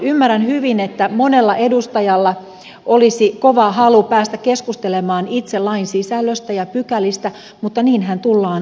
ymmärrän hyvin että monella edustajalla olisi kova halu päästä keskustelemaan itse lain sisällöstä ja pykälistä mutta niinhän tullaan tekemään